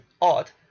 odd